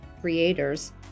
creators